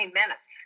minutes